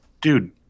Dude